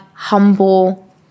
humble